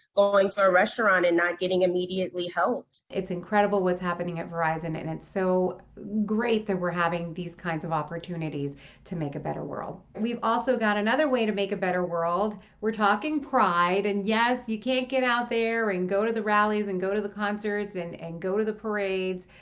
going to a restaurant and not getting immediately helped. it's incredible what's happening at verizon and and so great that we're having these kinds of opportunities to make a better world. we've also got another way to make a better world. we're talking pride and yes, you can't get out there and go to the rallies and go to the concerts and and go to the parades,